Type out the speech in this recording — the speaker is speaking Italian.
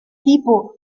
tipo